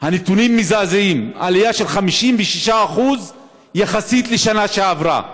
הנתונים מזעזעים, עלייה של 56% יחסית לשנה שעברה.